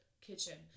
kitchen